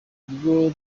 ubwo